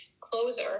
closer